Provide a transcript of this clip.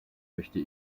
möchte